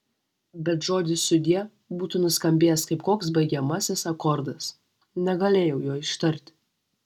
bet žodis sudie būtų nuskambėjęs kaip koks baigiamasis akordas negalėjau jo ištarti